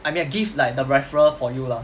I mean like give like the referral for you lah